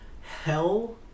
hell